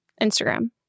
Instagram